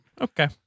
Okay